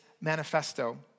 manifesto